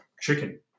chicken